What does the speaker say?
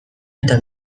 eta